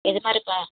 எது மாதிரிப்பா